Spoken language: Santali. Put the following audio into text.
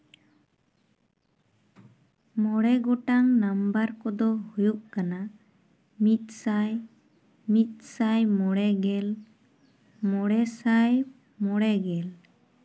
ᱢᱚᱬᱮ ᱜᱚᱴᱟᱝ ᱱᱟᱢᱵᱟᱨ ᱠᱚᱫᱚ ᱦᱩᱭᱩᱜ ᱠᱟᱱᱟ ᱢᱤᱫ ᱥᱟᱭ ᱢᱤᱫ ᱥᱟᱭ ᱢᱚᱬᱮ ᱜᱮᱞ ᱢᱚᱬᱮ ᱥᱟᱭ ᱢᱚᱬᱮ ᱜᱮᱞ